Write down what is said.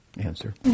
answer